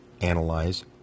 Analyze